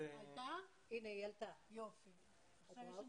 יש לנו